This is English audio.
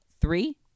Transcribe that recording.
three